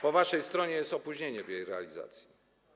Po waszej stronie jest opóźnienie realizacji.